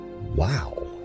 wow